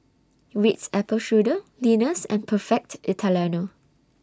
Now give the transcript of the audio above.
Ritz Apple Strudel Lenas and Perfect Italiano